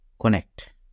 connect